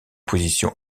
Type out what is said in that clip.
position